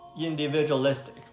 individualistic